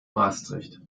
maastricht